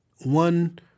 one